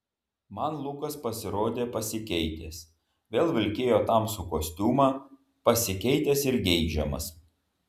man lukas pasirodė pasikeitęs vėl vilkėjo tamsų kostiumą pasikeitęs ir geidžiamas